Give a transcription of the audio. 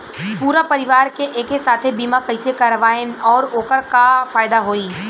पूरा परिवार के एके साथे बीमा कईसे करवाएम और ओकर का फायदा होई?